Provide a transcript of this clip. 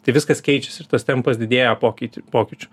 tai viskas keičiasi ir tas tempas didėja pokytį pokyčių